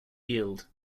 yield